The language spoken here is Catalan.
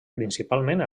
principalment